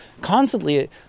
constantly